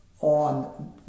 on